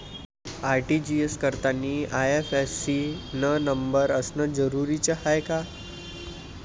RTGS करतांनी IFSC न number असनं जरुरीच हाय का?